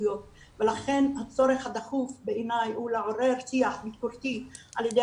ביקורתיות ולכן הצורך הדחוף בעיניי הוא לעורר שיח ביקורתי על ידי